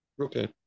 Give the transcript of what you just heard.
Okay